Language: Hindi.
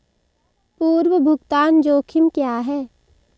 पूर्व भुगतान जोखिम क्या हैं?